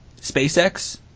SpaceX